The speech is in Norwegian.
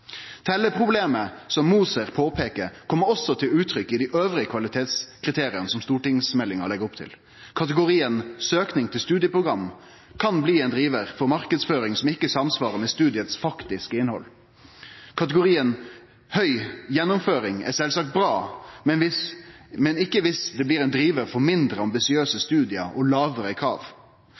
ikkje Edvard Moser. Telleproblemet som Moser påpeikar, kjem også til uttrykk i dei andre kvalitetskriterium som stortingsmeldinga legg opp til. Kategorien «søking til studieprogram» kan bli ein drivar for marknadsføring som ikkje samsvarar med studiets faktiske innhald. Kategorien «høg gjennomføring» er sjølvsagt bra, men ikkje dersom det blir ein drivar for mindre ambisiøse studium og lågare krav.